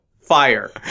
fire